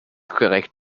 korrekt